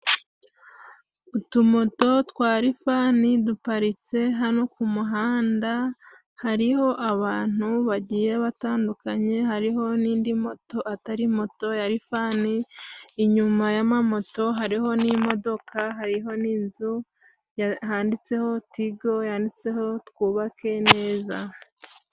Utumoto twa rifani duparitse hano ku muhanda， hariho abantu bagiye batandukanye， hariho n'indi moto atari moto ya rifani ， inyuma y’amamoto hariho n'imodoka， hariho n'inzu handitseho tigo，yanditseho twubake neza.